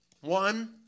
one